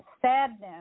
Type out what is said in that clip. Sadness